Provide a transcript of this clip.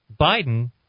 Biden